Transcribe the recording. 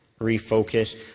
refocus